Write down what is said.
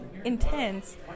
Intense